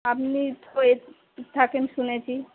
আপনি থাকেন শুনেছি